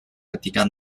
ketika